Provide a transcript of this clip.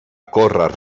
córrer